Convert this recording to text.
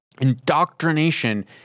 indoctrination